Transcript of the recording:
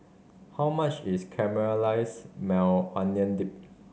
how much is Caramelized Maui Onion Dip